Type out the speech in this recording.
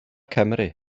cymru